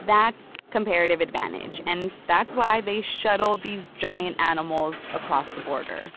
that's comparative advantage. and that's why they shuttle these giant animals across the border